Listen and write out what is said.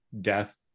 death